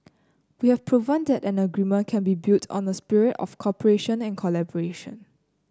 we have proven that an agreement can be built on a spirit of cooperation and collaboration